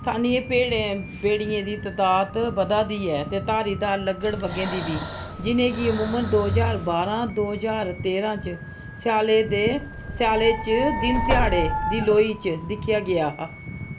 स्थानिये भेड़ें बेड़ियें दी तदाद बधै'रदी ऐ ते धारीदार लकड़बग्गें दी बी जि'नें गी अमूमन दो ज्हार बारां दो ज्हार तेरां च स्यालै दे स्याले च दिन ध्याड़े दी लोई च दिक्खेआ गेआ हा